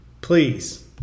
Please